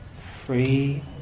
free